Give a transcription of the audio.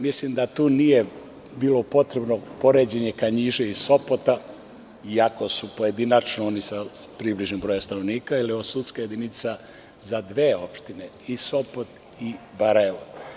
Mislim da tu nije bilo potrebno poređenje Kanjiže i Sopota, iako su pojedinačno sa približnim brojem stanovnika, jer je ovo sudska jedinica za dve opštine, i Sopot i Barajevo.